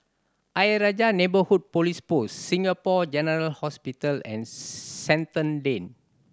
Ayer Rajah Neighbourhood Police Post Singapore General Hospital and Shenton Lane